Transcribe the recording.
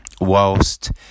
whilst